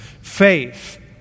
faith